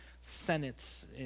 senates